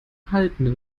halten